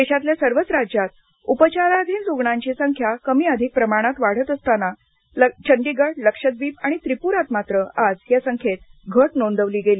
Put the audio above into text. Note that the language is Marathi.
देसातल्या सर्वच राज्यात उपचाराधीन रुग्णांची संख्या कमी अधिक प्रमाणात वाढत असताना चंडीगड लक्षद्वीप आणि त्रिपुरात मात्र आज या संख्येत घट नोंदवली गेली